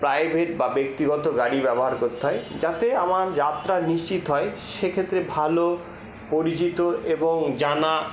private বা ব্যক্তিগত গাড়ি ব্যবহার করতে হয় যাতে আমার যাত্রা নিশ্চিত হয় সেক্ষেত্রে ভালো পরিচিত এবং জানা